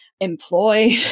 employed